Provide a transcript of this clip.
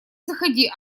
заходи